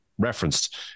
Referenced